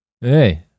Hey